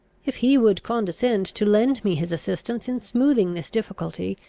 if he would condescend to lend me his assistance in smoothing this difficulty,